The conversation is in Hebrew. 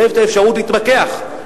יש אפשרות להתווכח,